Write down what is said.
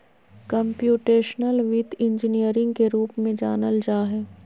computational वित्त engineering के रूप में जानल जा हइ